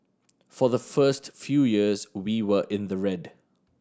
for the first few years we were in the red